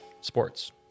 sports